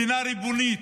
מדינה ריבונית,